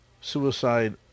Suicide